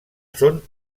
són